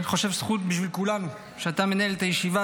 זכות בשביל כולנו שאתה מנהל את הישיבה